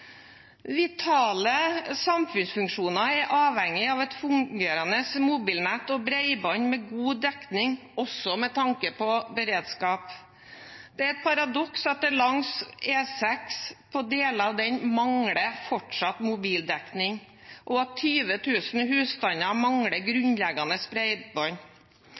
Vitale samfunnsfunksjoner er avhengig av et fungerende mobilnett og bredbånd med god dekning, også med tanke på beredskap. Det er et paradoks at det langs E6, på deler av den, fortsatt mangler mobildekning, og at 20 000 husstander mangler grunnleggende